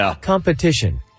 Competition